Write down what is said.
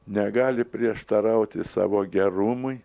negali prieštarauti savo gerumui